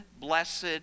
blessed